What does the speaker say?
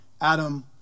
Adam